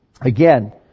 again